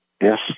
Yes